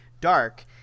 dark